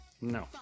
no